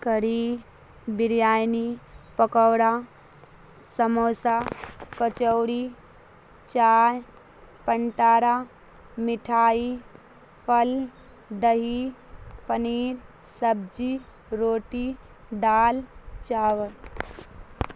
کری بریانی پکوڑا سموسا کچوری چائے پنٹارا مٹھائی پھل دہی پنیر سبجی روٹی دال چاول